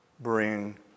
bring